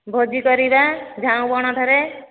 ଭୋଜି କରିବା ଝାଉଁ ବଣ ଠାରେ